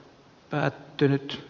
päättynyt t